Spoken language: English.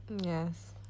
Yes